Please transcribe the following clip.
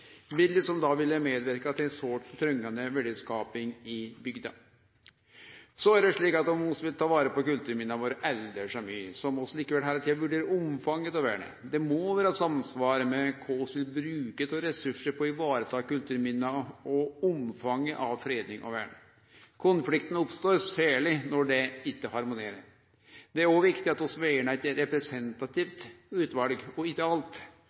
som da ville medverka til sårt trengande verdiskaping i bygda. Om vi vil ta vare på kulturminna våre aldri så mykje, må vi likevel heile tida vurdere omfanget av vernet. Det må vere samsvar mellom kva vi vil bruke av ressursar på å vareta kulturminna og omfanget av freding og vern. Konflikten oppstår særlig når det ikkje harmonerer. Det er òg viktig at vi vernar eit representativt utval og ikkje alt.